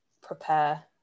prepare